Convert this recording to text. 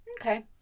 Okay